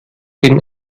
den